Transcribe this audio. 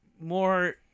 more